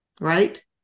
right